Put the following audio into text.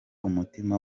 umutima